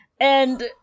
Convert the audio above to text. And-